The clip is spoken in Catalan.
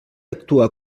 actua